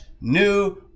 new